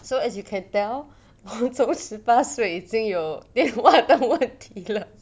so as you can tell 我从十八岁已经有电话问题了